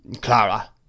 Clara